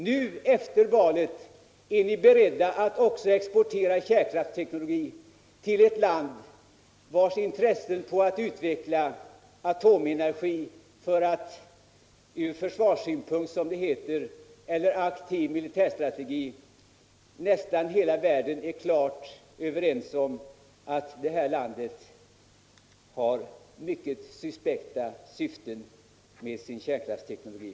Nu efter valet är ni beredda att också exportera kränkraftsteknologi till ett land som kan ha intresse av att utveckla atomenergi ur försvarssynpunkt., som det heter. eller för aktiv militärstrategi. Nästan hela världen är klart överens om att det landet har mycket suspekta syften med sin kärnkraftsteknologi.